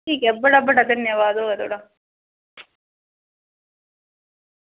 ठीक ऐ फिर बड़ा बड़ा धन्यबाद होऐ